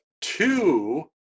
two